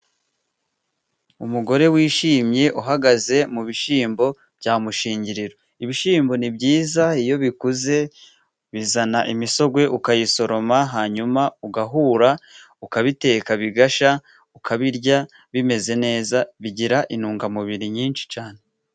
Umugore wishimye uhagaze mu bishyimbo bya mushingiriro, ibishyimbo ni byiza iyo ubikuze bizana imisogwe ukayisoroma hanyuma ugahura ,ukabiteka bigashya ukabirya bimeze neza, bigira intungamubiri nyinshi cyane.